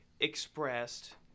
expressed